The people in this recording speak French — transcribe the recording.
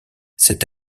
cet